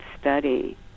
study